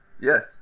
Yes